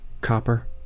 copper